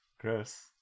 Gross